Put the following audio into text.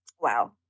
Wow